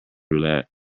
roulette